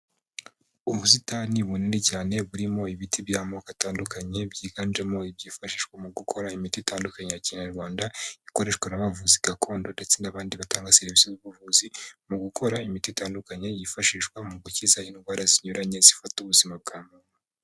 Ubusitani bunini cyane burimo ibiti by'amoko atandukanye byiganjemo ibyifashishwa mu gukora imiti itandukanye ya kinyarwanda, ikoreshwa n'abavuzi gakondo ndetse n'abandi batanga serivisi z'ubuvuzi, mu gukora imiti itandukanye yifashishwa mugukiza indwara zinyuranye, zifata ubuzima bwa muntu.